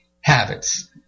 habits